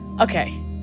Okay